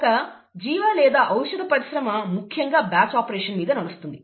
ఒక జీవ లేదా ఔషధ పరిశ్రమ ముఖ్యంగా బ్యాచ్ ఆపరేషన్ మీదే నడుస్తుంది